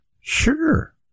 Sure